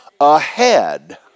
ahead